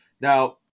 Now